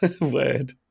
word